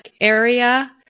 area